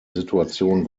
situation